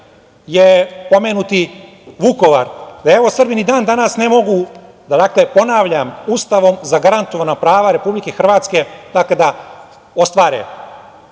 je pomenuti Vukovar, gde Srbi ni dan danas ne mogu, dakle ponavljam, Ustavom zagarantovana prava Republike Hrvatske, da ostvare,